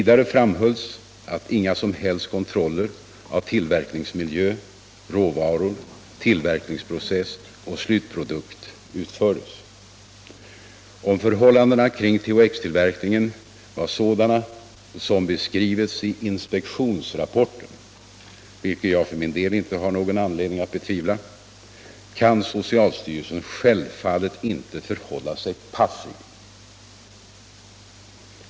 Det framkom också att inga som helst kontroller av tillverkningsmiljön, råvaror, tillverkningsprocess och slutprodukt utfördes. Om förhållandena kring TXH-tillverkningen var sådana som beskrevs i inspektionsrapporten — vilket jag för min del inte har någon anledning att betvivla — kan socialstyrelsen självfallet inte förhålla sig passiv.